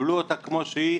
קיבלו אותה כמו שהיא,